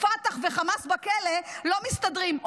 -- פת"ח וחמאס לא מסתדרים בכלא.